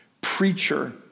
preacher